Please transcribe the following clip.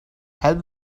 help